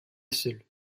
seule